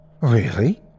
Really